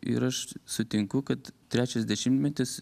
ir aš sutinku kad trečias dešimtmetis